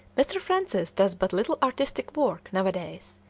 mr. francis does but little artistic work, nowadays,